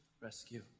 rescue